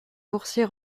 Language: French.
boursier